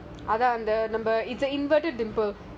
really